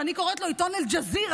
שאני קוראת לו "עיתון אל-ג'זירה",